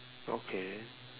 okay